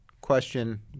question